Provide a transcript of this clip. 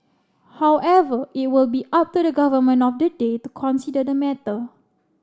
however it will be up to the government of the day to consider the matter